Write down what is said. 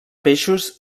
peixos